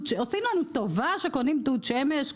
שמש עושים לנו טובה שקונים דוד שמש?